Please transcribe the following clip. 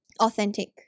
authentic